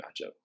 matchup